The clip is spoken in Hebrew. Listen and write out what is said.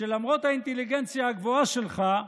שלמרות האינטליגנציה הגבוהה שלך,